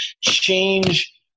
change